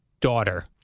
daughter